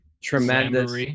tremendous